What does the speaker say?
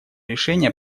решения